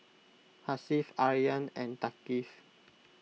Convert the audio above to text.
Hasif Aryan and Thaqif